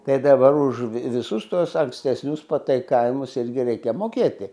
tai dabar už visus tuos ankstesnius pataikavimus irgi reikia mokėti